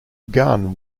gunn